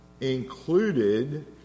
included